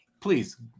please